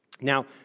Now